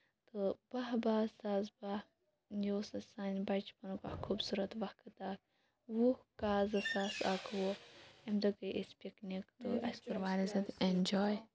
تہٕ باہہ باہہ زٕ ساس باہہ یہِ اوس اکھ سانہِ بَچپَنُک اکھ خوٗبصوٗرت وقت اکھ وُہ کاہ زٕساس اَکہٕ وُہ اَمہِ دۄہ گٔے أسۍ پِکنِکۍ تہٕ اَسہِ کوٚر واریاہ زیادٕ ایٚنجاے